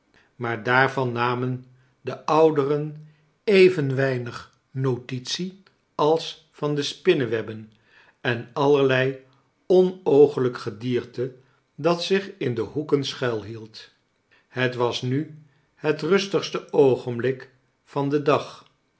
maar daarvan namen de ouderen even weinig notitie als van de spinnewebben en allerlei onoogelijk gedierte dat zich in de hoeken schuil hield het was nu het rustigste oogenblik van den dag